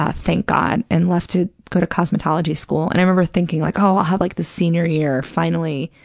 ah thank god, and left to go to cosmetology school, and i remember thinking, like, oh, i'll have like this senior year, finally,